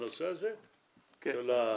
בנושא הזה או על הביטול?